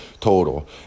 total